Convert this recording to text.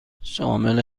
شامل